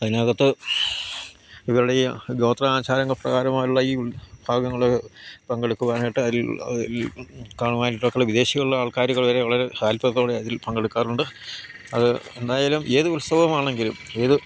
അതിനകത്ത് ഇവരുടെ ഈ ഗോത്ര ആചാരങ്ങൾ പ്രകാരമായുള്ള ഈ വിഭാഗങ്ങൾ പങ്കെടുക്കുവാനായിട്ട് അതിൽ കാണുന്നത് ആയിട്ടൊക്കെയുള്ള വിദേശികളുള്ള ആൾക്കാർ വരെ വളരെ താൽപ്പര്യത്തോടെ അതിൽ പങ്കെടുക്കാറുണ്ട് അത് എന്തായാലും ഏത് ഉത്സവമാണെങ്കിലും ഏത്